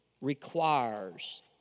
requires